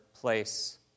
place